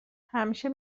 همیشه